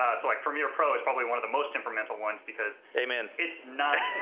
ah so like premiere pro is probably one of the most temperamental ones because amen. it's not.